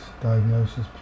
diagnosis